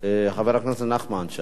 חבר הכנסת נחמן שי,